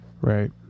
Right